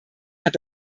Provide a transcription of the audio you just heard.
hat